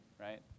right